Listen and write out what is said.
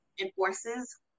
enforces